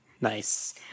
Nice